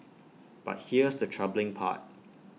but here's the troubling part